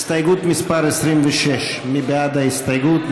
הסתייגות מס' 26. מי בעד ההסתייגות?